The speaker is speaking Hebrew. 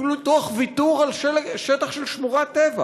אפילו תוך ויתור על שטח של שמורת טבע